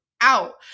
out